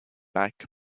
back